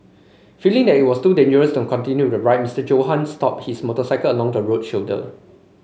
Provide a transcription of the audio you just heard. feeling that it was too dangerous to continue riding Mister Johann stopped his motorcycle along the road shoulder